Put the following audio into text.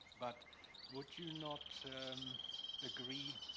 but would you not agree